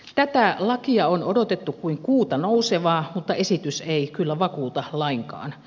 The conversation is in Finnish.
tätä lakia on odotettu kuin kuuta nousevaa mutta esitys ei kyllä vakuuta lainkaan